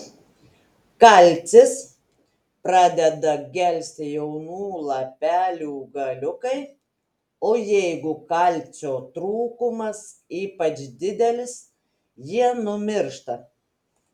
kalcis pradeda gelsti jaunų lapelių galiukai o jeigu kalcio trūkumas ypač didelis jie numiršta